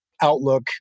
outlook